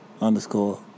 underscore